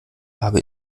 habe